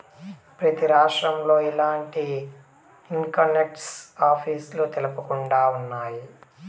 ప్రతి రాష్ట్రంలో ఇలాంటి ఇన్కంటాక్స్ ఆఫీసులు తప్పకుండా ఉన్నాయి